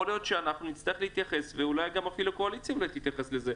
יכול להיות שאנחנו נצטרך להתייחס ואולי אפילו הקואליציה תתייחס לזה.